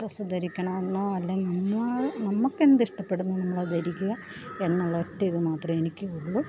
dress ധരിക്കണമെന്നോ അല്ലെങ്കിൽ ഇന്ന് നമുക്കെന്തിഷ്ടപ്പെടുന്നോ നമ്മളത് ധരിക്കുക എന്നുള്ള ഒറ്റ ഇത് മാത്രേമേ എനിക്കുളളൂ